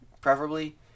preferably